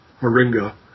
Moringa